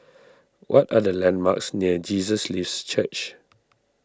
what are the landmarks near Jesus Lives Church